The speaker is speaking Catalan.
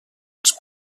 els